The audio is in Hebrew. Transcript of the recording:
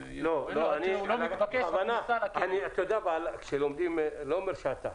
כלומר הוא לא מתבקש -- אני לא אומר שאתה,